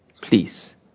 Please